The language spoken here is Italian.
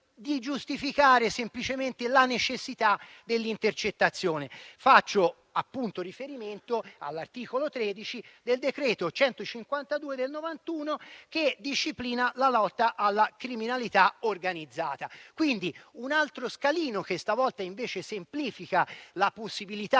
di giustificare semplicemente la necessità dell'intercettazione. Faccio appunto riferimento all'articolo 13 del decreto-legge n. 152 del 1991 che disciplina la lotta alla criminalità organizzata. Quindi, vi è un altro scalino che stavolta, invece, semplifica la possibilità